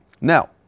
Now